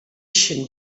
sin